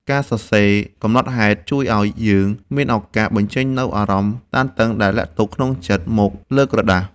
ការសរសេរកំណត់ហេតុជួយឱ្យយើងមានឱកាសបញ្ចេញនូវអារម្មណ៍តានតឹងដែលលាក់ទុកក្នុងចិត្តមកលើក្រដាស។